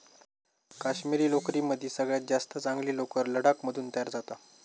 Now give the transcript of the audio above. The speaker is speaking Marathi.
काश्मिरी लोकरीमदी सगळ्यात जास्त चांगली लोकर लडाख मधून तयार जाता